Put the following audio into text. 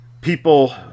people